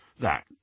That